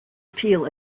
appeal